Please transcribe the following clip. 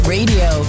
Radio